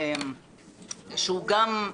שהוא גם,